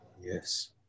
Yes